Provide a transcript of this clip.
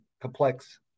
complex